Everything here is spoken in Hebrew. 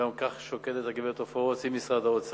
גם על כך שוקדת הגברת עפרה רוס עם משרד האוצר.